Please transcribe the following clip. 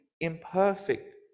imperfect